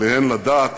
עליהן לדעת